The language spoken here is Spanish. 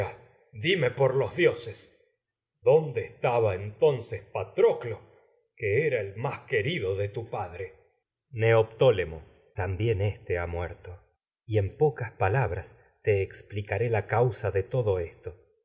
dime entonces por los dioses dónde estaba patroclo que era el más querido de tu padre éste ha muerto y en neoptólemo también pocas filoctetes palabras te explicaré por la a causa de todo esto